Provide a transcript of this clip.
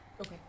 okay